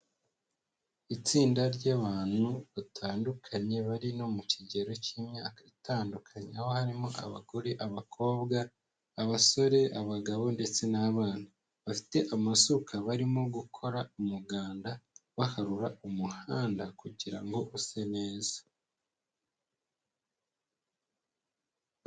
Itsinda ry'abantu batandukanye bari no mu kigero cy'imyaka itandukanye, aho harimo abagore, abakobwa, abasore, abagabo, ndetse n'abana, bafite amasuka barimo gukora umuganda baharura umuhanda kugira ngo use neza.